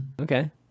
Okay